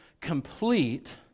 complete